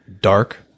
dark